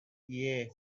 yay